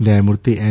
ન્યાયમૂર્તિ એન